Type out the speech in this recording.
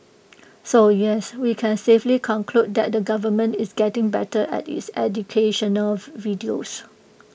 so yes we can safely conclude that the government is getting better at its educational videos